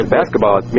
basketball